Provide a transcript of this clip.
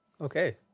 Okay